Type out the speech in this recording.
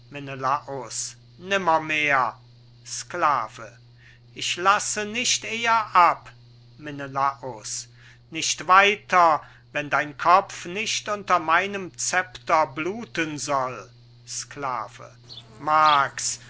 menelaus nimmermehr sklave ich lasse nicht eher ab menelaus nicht weiter wenn dein kopf nicht unter meinem scepter bluten soll sklave mag's